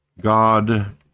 God